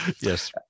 Yes